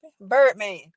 Birdman